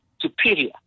superior